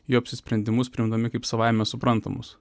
jų apsisprendimus priimdami kaip savaime suprantamus